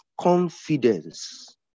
confidence